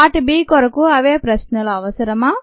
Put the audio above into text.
part B కొరకు అవే ప్రశ్నలు అవసరమా